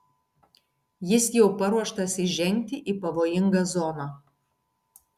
jis jau paruoštas įžengti į pavojingą zoną